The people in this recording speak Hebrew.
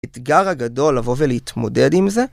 אתגר הגדול לבוא ולהתמודד עם זה?